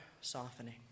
softening